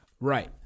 right